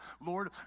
Lord